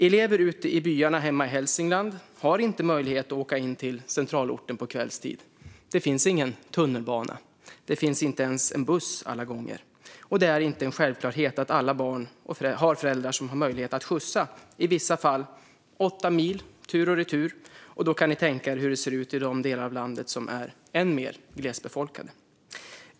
Elever ute i byarna hemma i Hälsingland har inte möjlighet att åka in till centralorten på kvällstid. Det finns ingen tunnelbana. Det finns inte ens en buss alla gånger. Det är heller ingen självklarhet att alla barn har föräldrar som har möjlighet att skjutsa, i vissa fall åtta mil tur och retur. Då kan ni tänka er hur det ser ut i de delar av landet som är än mer glesbefolkade.